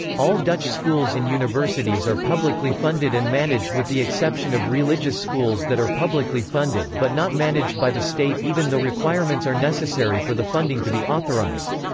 all dutch schools and universities are publicly funded and managed with the exception of religious schools that are publicly funded but not managed by the state even though requirements are necessary for the funding to be authorised.